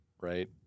right